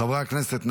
חברי הכנסת,